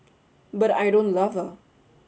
but I don't love her